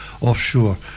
offshore